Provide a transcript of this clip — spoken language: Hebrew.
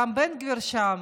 גם בן גביר שם,